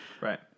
right